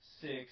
six